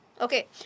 Okay